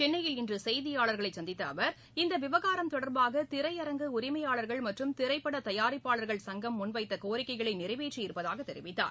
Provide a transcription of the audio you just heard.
சென்னையில் இன்று செய்தியாளர்களை சந்தித்த அவர் இந்த விவகாரம் தொடர்பாக திரையரங்கு உரிமையாளர்கள் மற்றும் திரைப்பட தயாரிப்பாளர்கள் சங்கம் முன்வைத்த கோரிக்கைகளை நிறைவேற்றி இருப்பதாக தெரிவித்தார்